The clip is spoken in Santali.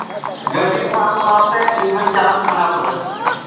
ᱜᱟᱹᱰᱤ ᱥᱟᱶ ᱥᱟᱶᱛᱮ ᱤᱧ ᱦᱚᱧ ᱪᱟᱞᱟᱜ ᱠᱟᱱᱟ ᱛᱚᱵᱮ